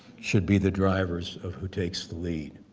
should be the drivers of who takes the lead.